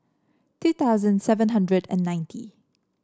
two thousand seven hundred and ninety